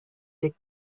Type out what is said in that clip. take